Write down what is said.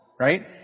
Right